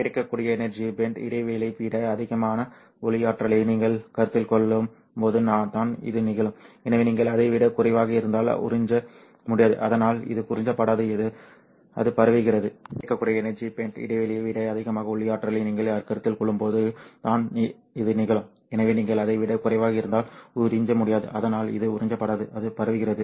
கிடைக்கக்கூடிய energy band இடைவெளியை விட அதிகமான ஒளி ஆற்றலை நீங்கள் கருத்தில் கொள்ளும்போதுதான் இது நிகழும் எனவே நீங்கள் அதை விட குறைவாக இருந்தால் உறிஞ்ச முடியாது அதனால் அது உறிஞ்சப்படாது அது பரவுகிறது